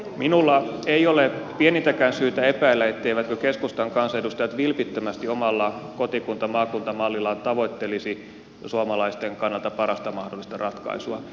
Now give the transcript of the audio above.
minulla ei ole pienintäkään syytä epäillä etteivätkö keskustan kansanedustajat vilpittömästi omalla kotikuntamaakunta mallillaan tavoittelisi suomalaisten kannalta parasta mahdollista ratkaisua